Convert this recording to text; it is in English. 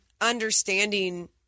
understanding